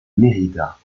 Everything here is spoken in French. mérida